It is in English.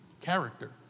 character